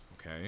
okay